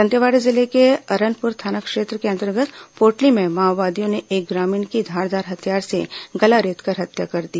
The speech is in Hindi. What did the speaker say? दंतेवाड़ा जिले के अरनपुर थाना क्षेत्र के अंतर्गत पोटली में माओवादियों ने एक ग्रामीण की धारदार हथियार से गला रेतकर हत्या कर दी